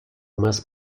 más